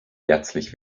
herzlich